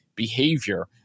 Behavior